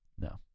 No